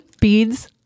beads